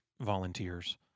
volunteers